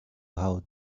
how